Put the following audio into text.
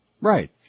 Right